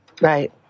right